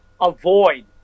avoid